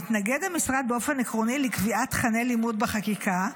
המשרד מתנגד באופן עקרוני לקביעת תוכני לימוד בחקיקה,